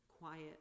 quiet